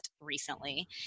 recently